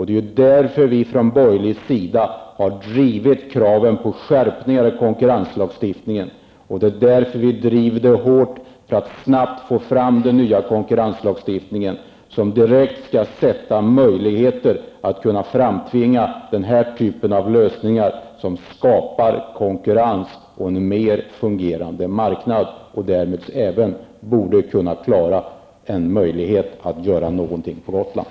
Det är därför vi från borgerlig sida har drivit kravet om skärpningar i konkurrenslagstiftningen. Vi driver den frågan hårt för att snabbt få fram den nya konkurrenslagstiftningen, som direkt skall göra det möjligt att framtvinga den här typen av lösningar, som skapar konkurrens och en mer fungerande marknad. Därmed borde den göra det möjligt att göra någonting på Gotland.